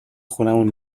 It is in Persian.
خونمون